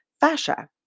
fascia